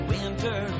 Winter